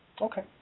Okay